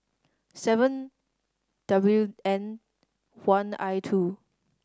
seven W N one I two